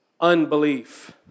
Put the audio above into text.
Unbelief